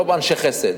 הם לא אנשי חסד,